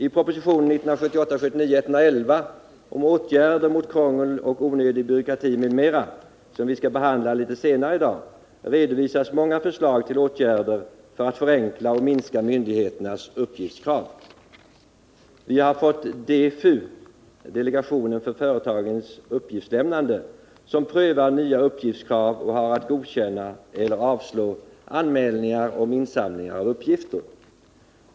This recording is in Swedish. I propositionen 1978/79:111 om åtgärder mot krångel och onödig byråkrati m.m., som vi skall behandla litet senare i dag, redovisas många förslag till åtgärder för att förenkla och minska myndigheternas uppgiftskrav. Vi har fått DEFU, delegationen för företagens uppgiftslämnande, som prövar nya uppgiftskrav och har att godkänna eller avslå anmälningar om insamling av uppgifter.